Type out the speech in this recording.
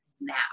now